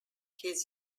his